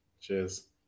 Cheers